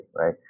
right